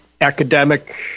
academic